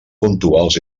puntuals